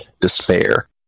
despair